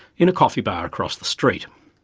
in a coffee bar across the street.